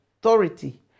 authority